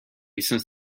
since